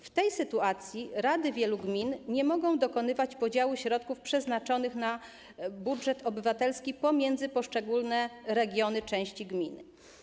W tej sytuacji rady wielu gmin nie mogą dokonywać podziału środków przeznaczonych na budżet obywatelski pomiędzy poszczególne regiony, części gminy.